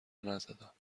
نزدم